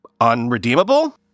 unredeemable